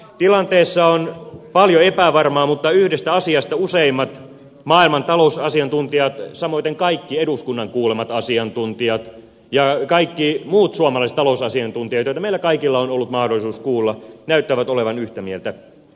tilanteessa on paljon epävarmaa mutta yhdestä asiasta useimmat maailman talousasiantuntijat samoiten kaikki eduskunnan kuulemat asiantuntijat ja kaikki muut suomalaiset talousasiantuntijat joita meillä kaikilla on ollut mahdollisuus kuulla näyttävät olevan yhtä mieltä